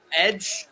Edge